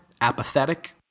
Apathetic